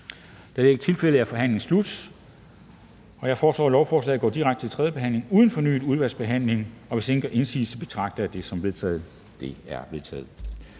det ikke er tilfældet, er forhandlingen slut. Jeg foreslår, at lovforslaget går direkte til tredje behandling uden fornyet udvalgsbehandling. Hvis ingen gør indsigelse, betragter jeg det som vedtaget.